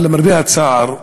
אבל למרבה הצער,